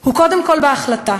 הוא קודם כול בהחלטה